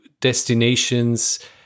destinations